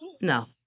no